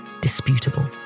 disputable